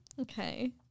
Okay